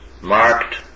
marked